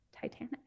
Titanic